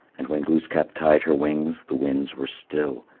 and when glooskap tied her wings, the winds were still.